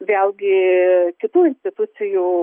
vėlgi kitų institucijų